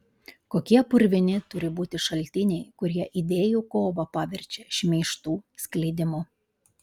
kokie purvini turi būti šaltiniai kurie idėjų kovą paverčia šmeižtų skleidimu